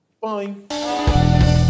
Bye